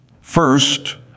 First